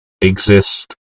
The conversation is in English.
exist